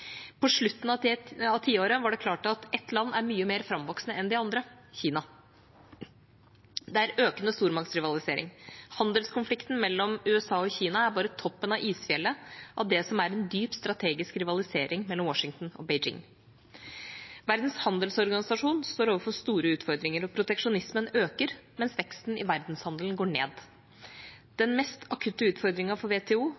På slutten av tiåret var det klart at ett land er mye mer framvoksende enn de andre: Kina. Det er økende stormaktsrivalisering. Handelskonflikten mellom USA og Kina er bare toppen av isfjellet av det som er en dyp strategisk rivalisering mellom Washington og Beijing. Verdens handelsorganisasjon står overfor store utfordringer. Proteksjonismen øker, mens veksten i verdenshandelen går ned. Den mest akutte utfordringen for WTO